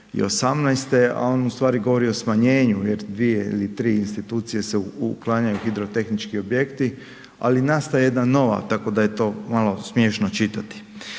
a on ustvari govori o smanjenju, 2 ili 3 institucije se uklanjaju, hidrotehnički ali nastaje jedna nova, tako da je to malo smiješno čitati.